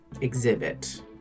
exhibit